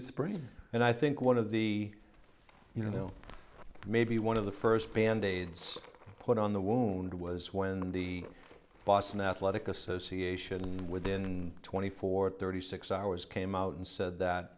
of spring and i think one of the you know maybe one of the first band aids put on the wound was when the boston athletic association within twenty four thirty six hours came out and said that